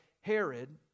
Herod